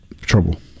trouble